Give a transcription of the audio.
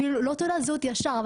אפילו לא תעודת זהות ישר,